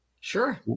Sure